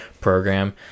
program